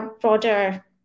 broader